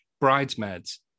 Bridesmaids